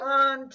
on